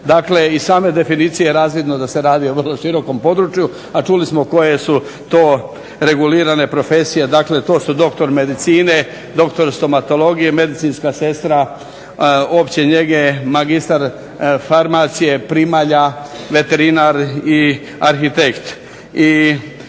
Dakle iz same definicije je razvidno da se radi o vrlo širokom području, a čuli smo koje su to regulirane profesije. Dakle, to su dr. medicine, dr. stomatologije, medicinska sestra opće njege, mr. farmacije, primalja, veterinar i arhitekt.